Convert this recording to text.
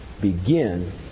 begin